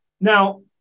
Now